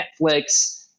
Netflix